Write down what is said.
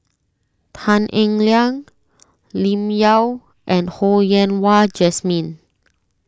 Tan Eng Liang Lim Yau and Ho Yen Wah Jesmine